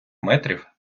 метрів